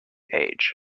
age